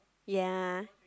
ya